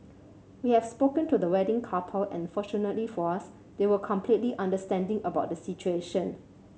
we have spoken to the wedding couple and fortunately for us they were completely understanding about the situation